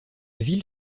ville